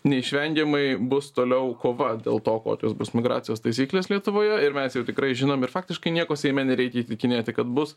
neišvengiamai bus toliau kova dėl to kokios bus migracijos taisyklės lietuvoje ir mes tikrai žinom ir faktiškai nieko seime nereikia įtikinėti kad bus